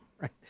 Right